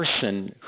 person